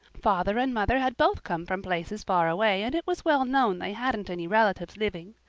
father and mother had both come from places far away and it was well known they hadn't any relatives living.